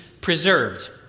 preserved